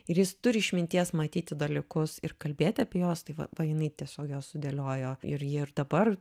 ir jis turi išminties matyti dalykus ir kalbėti apie jos tai va va jinai tiesiog juos sudėliojo ir ji ir dabar